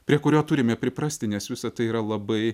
prie kurio turime priprasti nes visa tai yra labai